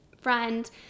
friend